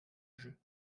jeu